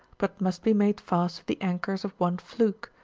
but must be made fast to the anchors of one fluke,